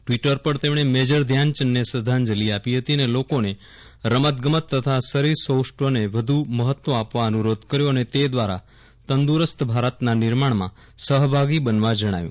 Twitter પર તેમણે major ધ્યાનચંદને શ્રધ્ધાંજલી આપી હતી અને લોકોને રમતગમત તથા શરીર સૌષ્ઠવને વ્ધુ મહત્વ આપવા અનુરોધ કર્યો અને તે દ્વારા તંદુરસ્ત ભારતના નિર્માણમાં સહભાગી બનવા જણાવ્યું